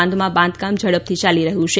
બાદમાં બાંધકામ ઝડપથી ચાલી રહ્યું છે